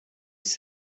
said